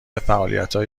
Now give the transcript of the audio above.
فعالیتهای